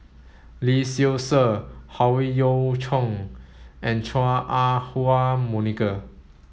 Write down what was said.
Lee Seow Ser Howe Yoon Chong and Chua Ah Huwa Monica